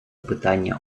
питання